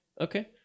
okay